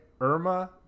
Irma